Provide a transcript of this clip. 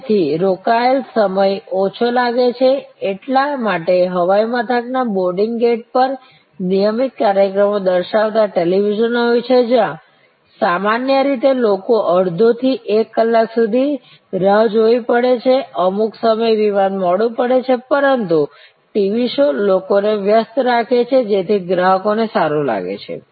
તેથી રોકાયેલ સમય ઓછો લાગે છે એટલા માટે હવાઈ મથક ના બોર્ડિંગ ગેટ પર નિયમિત કાર્યક્રમો દર્શાવતા ટેલિવિઝન હોય છે જ્યાં સામાન્ય રીતે લોકોને અડધો થી એક કલાક સુધી રાહ જોવી પડે છે અમુક સમયે વિમાન મોડુ પડી શકે છે પરંતુ ટીવી શો લોકોને વ્યસ્ત રાખે છે જેથી ગ્રાહકોને સારું લાગે છે